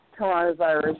coronavirus